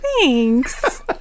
thanks